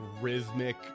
rhythmic